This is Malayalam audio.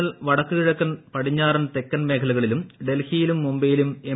എൽ വടക്കു കിഴക്കൻ പടിഞ്ഞാറൻ തെക്കൻ മേഖലകളിലും ഡൽഹിയിലും മുംബൈയിലും എം